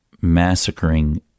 massacring